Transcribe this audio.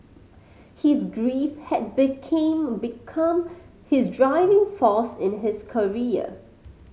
his grief had became become his driving force in his career